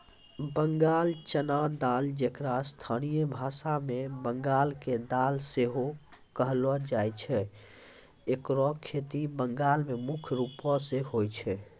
बंगाल चना दाल जेकरा स्थानीय भाषा मे बंगाल के दाल सेहो कहलो जाय छै एकरो खेती बंगाल मे मुख्य रूपो से होय छै